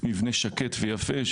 מבנה שקט ויפה.